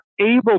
able